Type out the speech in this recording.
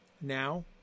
Now